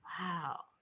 Wow